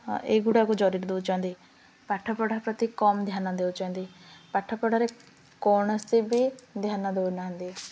ହଁ ଏଗୁଡ଼ାକୁ ଜରୁରୀ ଦଉଚନ୍ତି ପାଠପଢ଼ା ପ୍ରତି କମ୍ ଧ୍ୟାନ ଦେଉଛନ୍ତି ପାଠପଢ଼ାରେ କୌଣସି ବି ଧ୍ୟାନ ଦେଉନାହାନ୍ତି